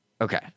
Okay